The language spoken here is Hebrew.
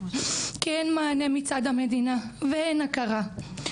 כי אין מענה מצד המדינה ואין הכרה.